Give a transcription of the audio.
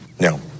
No